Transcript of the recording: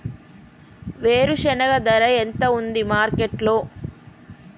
వేరుశెనగ ధర ఎంత ఉంది మార్కెట్ లో?